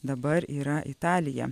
dabar yra italija